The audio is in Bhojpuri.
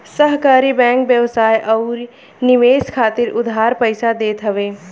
सहकारी बैंक व्यवसाय अउरी निवेश खातिर उधार पईसा देत हवे